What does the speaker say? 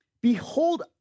behold